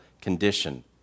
condition